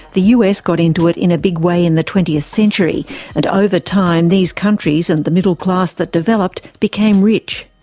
the us got into it in a big way in the twentieth century and over time these countries and the middle class that developed became rich.